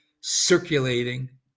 circulating